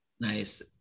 nice